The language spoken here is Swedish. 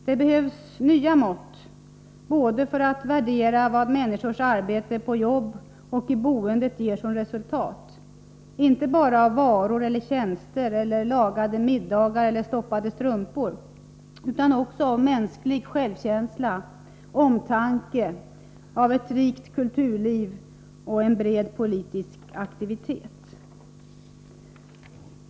Det behövs nya mått för att värdera vad människors arbete på jobb och i boendet ger som resultat, inte bara av varor eller tjänster, lagade middagar och stoppade strumpor utan också av mänsklig självkänsla, av omtanke, av ett rikt kulturliv och en bred politisk aktivitet.